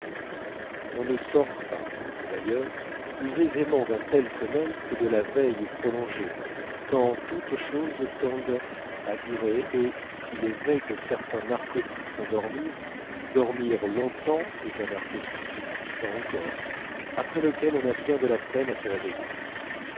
on ne sort d'ailleurs pas plus aisément d'un tel sommeil que de la veille prolongée tant toutes choses tendent à durer et s'il est vrai que certains narcotiques font dormir dormir longtemps est un narcotique plus puissant encore après lequel on a bien de la peine à se réveiller